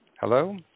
Hello